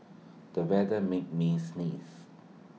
the weather made me sneeze